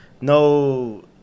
no